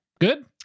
good